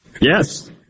Yes